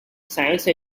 science